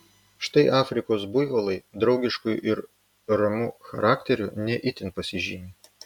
štai afrikos buivolai draugišku ir ramu charakteriu ne itin pasižymi